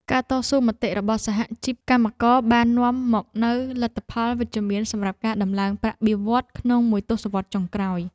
ការតស៊ូមតិរបស់សហជីពកម្មករបាននាំមកនូវលទ្ធផលវិជ្ជមានសម្រាប់ការដំឡើងប្រាក់បៀវត្សរ៍ក្នុងមួយទសវត្សរ៍ចុងក្រោយ។